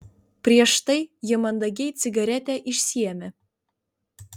prieš tai ji mandagiai cigaretę išsiėmė